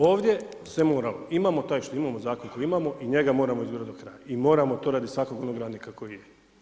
Ovdje se moralo, imamo taj, imamo zakon koji imamo i njega moramo izgurat do kraja i moramo to radi svakog onog radnika koji je.